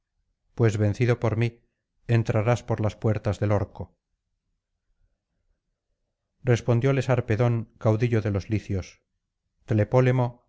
pues vencido por mí entrarás por las puertas del orco respondióle sarpedón caudillo de los licios